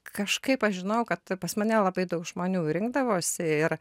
kažkaip aš žinojau kad pas mane labai daug žmonių rinkdavosi ir